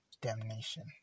damnation